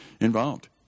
involved